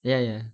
ya ya